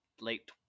late